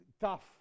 tough